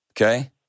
Okay